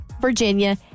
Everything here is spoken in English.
Virginia